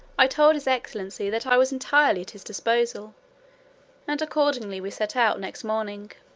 i told his excellency that i was entirely at his disposal and accordingly we set out next morning.